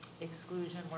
exclusion